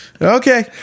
Okay